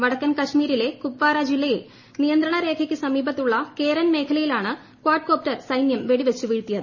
വടക്കിൻ ക്കശ്മീരിലെ കുപ്പാര ജില്ലയിൽ നിയന്ത്രണരേഖയ്ക്ക് സമീപ്ത്തുള്ള കേരൻ മേഖലയിലാണ് കാഡ് കോപ്റ്റർ സൈന്യം വെടിവെച്ചു വീഴ്ത്തിയത്